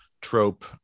trope